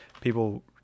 people